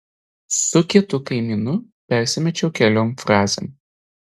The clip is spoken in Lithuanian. su kitu kaimynu persimečiau keliom frazėm